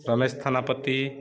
Ramesh Thanapati